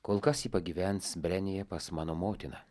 kol kas ji pagyvens brenije pas mano motiną